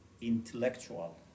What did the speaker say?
intellectual